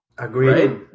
Agreed